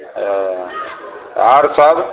ओ आओरसभ